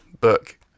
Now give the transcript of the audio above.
book